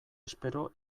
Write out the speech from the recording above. espero